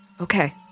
Okay